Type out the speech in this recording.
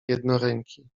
jednoręki